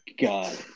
god